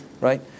Right